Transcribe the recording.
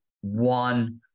One